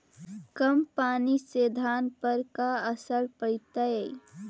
कम पनी से धान पर का असर पड़तायी?